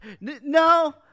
No